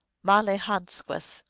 mahli-hahn-sqwess,